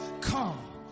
Come